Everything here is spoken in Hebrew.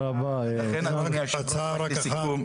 לכן אדוני יושב הראש, רק לסיכום.